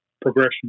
progression